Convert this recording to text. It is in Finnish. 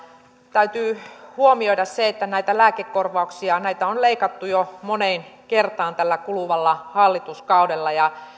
täytyy huomioida se että näitä lääkekorvauksia on leikattu jo moneen kertaan tällä kuluvalla hallituskaudella ja